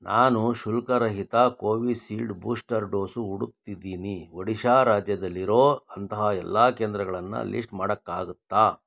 ನಾನು ಶುಲ್ಕರಹಿತ Covishield booster dose ಹುಡುಕ್ತಿದ್ದೀನಿ ಒಡಿಶಾ ರಾಜ್ಯದಲ್ಲಿರೋ ಅಂತಹ ಎಲ್ಲ ಕೇಂದ್ರಗಳನ್ನು ಲಿಸ್ಟ್ ಮಾಡೋಕ್ಕಾಗತ್ತಾ